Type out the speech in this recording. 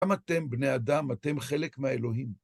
גם אתם, בני אדם, אתם חלק מהאלוהים.